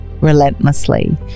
relentlessly